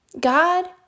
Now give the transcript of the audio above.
God